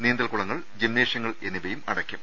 നീന്തൽക്കുളങ്ങൾ ജിംനേ ഷ്യങ്ങൾ എന്നിവയും അടക്കും